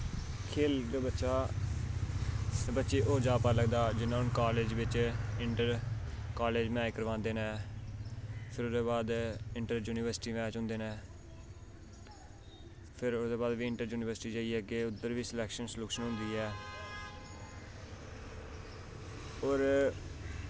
खेलदा बच्चा ते बच्चे गी होर जादा पता लगदा जियां हून कालेज़ बिच्च इंटर कालेज़ मैच करवांदे न फिर ओह्दे बाद इंटर यूनिवर्सिटी मैच होंदे न फिर ओह्दे बाद बी इंटर यूनिवर्सिटी जाइयै अग्गें उद्धर बी स्लैक्शन सलुक्शन होंदी ऐ होर